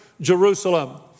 Jerusalem